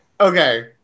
okay